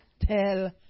tell